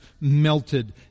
melted